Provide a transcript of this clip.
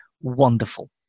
wonderful